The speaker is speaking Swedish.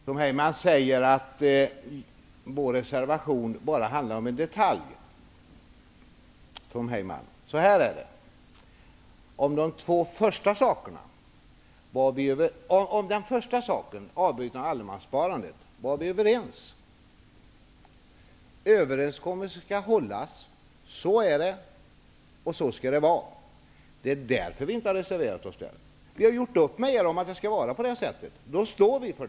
Herr talman! Tom Heyman säger att vår reservation bara handlar om en detalj. Så här är det, Tom Heyman. Om den första saken, avvecklingen av allemanssparandet, var vi överens. Överenskommelse skall hållas. Så är det, och så skall det vara. Det är därför som vi inte har reserverat oss där. Vi har gjort upp med er om att det skall vara så. Det står vi för.